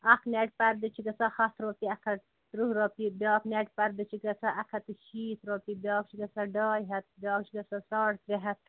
اَکھ نٮ۪ٹ پَردٕ چھِ گژھان ہَتھ رۄپیہِ اَکھ ہَتھ تٕرٛہ رۄپیہِ بیٛاکھ نٮ۪ٹ پَردٕ چھِ گژھان اَکھ ہَتھ تہٕ شیٖتھ رۄپیہِ بیاکھ چھُ گژھان ڈاے ہَتھ بیٛاکھ چھُ گژھان ساڑ ترٛےٚ ہَتھ